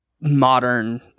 modern